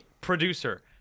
producer